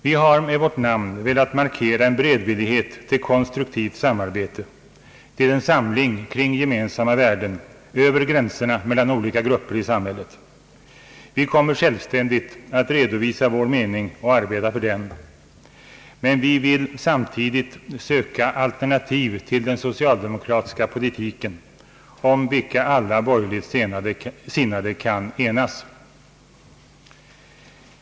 Vi har med vårt namn velat markera vår beredvillighet till konstruktivt samarbete — till en samling kring väsentliga värden över gränserna mellan olika grupper i samhället. Vi kommer självständigt att redovisa vår mening och arbeta för den, men vi vill samtidigt söka alternativ till den socialdemokratiska politiken, om vilka alla borgerligt sinnade kan enas.